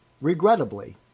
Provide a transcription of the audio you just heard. Regrettably